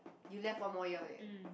you left one more year leh